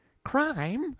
crime!